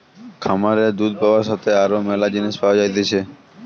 খামারে দুধ পাবার সাথে আরো ম্যালা জিনিস পাওয়া যাইতেছে